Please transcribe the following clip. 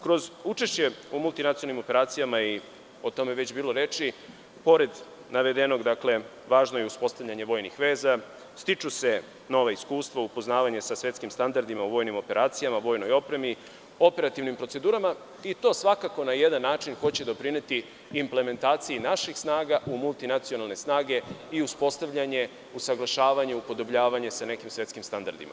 Kroz učešće u multinacionalnim operacijama i o tome je već bilo reči, pored navedeno, važno je uspostavljanje vojnih veza, stiču se nova iskustva, upoznavanje sa svetskih standardima u vojnim operacijama, vojnoj opremi, operativnim procedurama, i to svakako na jedan način hoće doprineti implementaciji naših snaga u multinacionalne snage i uspostavljanje usaglašavanja, upodobljavanje sa nekim svetskim standardima.